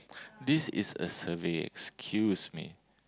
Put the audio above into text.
this is a survey excuse me